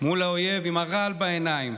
מול האויב עם הרעל בעיניים,